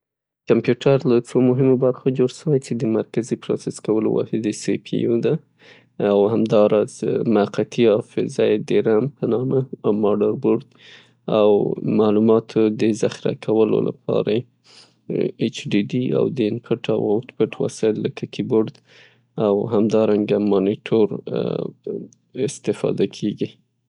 کمپیوټر له څو مهمو برخو جوړ سوی ده څې د مرکزې پروسس کولو واحد یې یا سي پي یو ده ، همداراز موقتي حافظه یې د رم په نامه ده د معلوماتو د ذخیره کولو د پاره یې اچ ډي دي او د اېنپوټ او اوتپوټ وسایل لکه کیبورډ همارنګه مانیټوراستفاده کیږي.